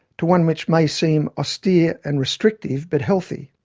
to one which may seem austere and restrictive but healthy.